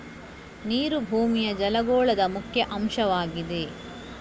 ನೀರು ಭೂಮಿಯ ಜಲಗೋಳದ ಮುಖ್ಯ ಅಂಶವಾಗಿದೆ